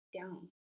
down